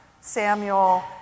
Samuel